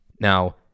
Now